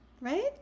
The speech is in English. right